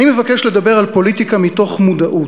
אני מבקש לדבר על פוליטיקה מתוך מודעות,